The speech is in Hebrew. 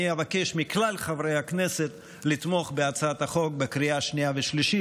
אני אבקש מכלל חברי הכנסת לתמוך בהצעת החוק בקריאה שנייה ושלישית.